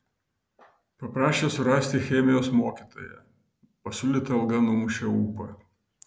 paprašė surasti chemijos mokytoją pasiūlyta alga numušė ūpą